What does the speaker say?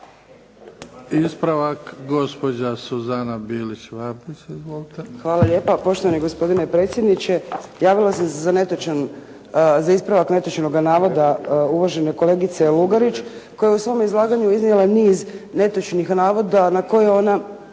Ispravak gospođa Suzana Bilić Vardić. Izvolite. **Bilić Vardić, Suzana (HDZ)** Hvala lijepa poštovani gospodine predsjedniče. Javila sam se za ispravak netočnoga navoda uvažene kolegice Lugarić koja je u svome izlaganju iznijela niz netočnih navoda na koje ona,